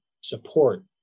support